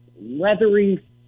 leathery